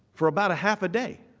for about half a day